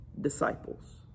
disciples